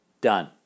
Done